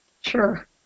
Sure